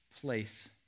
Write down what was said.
place